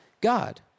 God